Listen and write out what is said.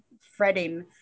fretting